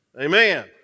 amen